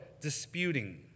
disputing